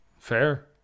Fair